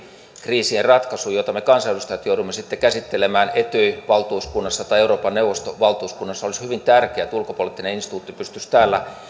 kriisien ratkaisuun joita me kansanedustajat joudumme sitten käsittelemään etyj valtuuskunnassa tai euroopan neuvoston valtuuskunnassa olisi hyvin tärkeää että ulkopoliittinen instituutti pystyisi täällä